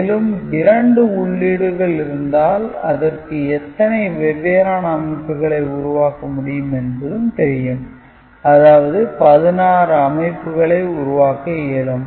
மேலும் இரண்டு உள்ளீடு இருந்தால் அதற்கு எத்தனை வெவ்வேறான அமைப்புகளை உருவாக்க முடியும் என்பதும் தெரியும் அதாவது 16 அமைப்புகளை உருவாக்க இயலும்